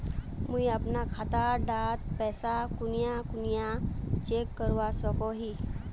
मुई अपना खाता डात पैसा कुनियाँ कुनियाँ चेक करवा सकोहो ही?